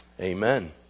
Amen